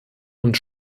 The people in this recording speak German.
und